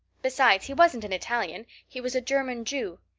besides, he wasn't an italian he was a german jew.